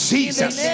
Jesus